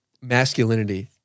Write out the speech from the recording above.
Masculinity